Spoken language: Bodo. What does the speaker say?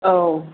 औ